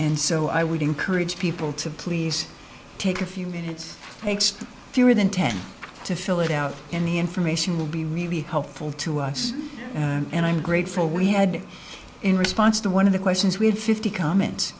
and so i would encourage people to please take a few minutes takes fewer than ten to fill it out in the information will be really helpful to us and i'm grateful we had in response to one of the questions we had fifty comments